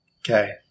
okay